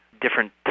different